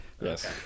Yes